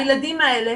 הילדים האלה